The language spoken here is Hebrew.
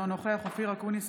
אינו נוכח אופיר אקוניס,